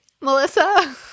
Melissa